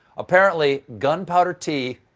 apparently, gunpowder tea,